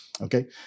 Okay